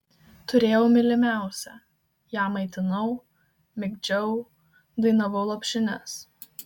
turėjau mylimiausią ją maitinau migdžiau dainavau lopšines